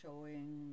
showing